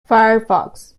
firefox